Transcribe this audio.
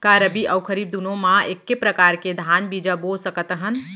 का रबि अऊ खरीफ दूनो मा एक्के प्रकार के धान बीजा बो सकत हन?